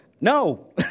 no